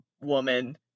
woman